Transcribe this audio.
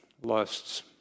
lusts